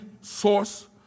source